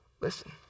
Listen